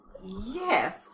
Yes